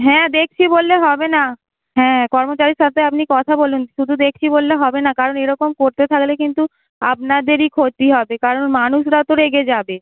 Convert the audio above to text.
হ্যাঁ দেখছি বললে হবে না হ্যাঁ কর্মচারীর সাথে আপনি কথা বলুন শুধু দেখছি বললে হবে না কারণ এরকম করতে থাকলে কিন্তু আপনাদেরই ক্ষতি হবে কারণ মানুষরা তো রেগে যাবে